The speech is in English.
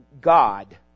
God